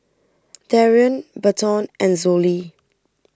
Darrian Berton and Zollie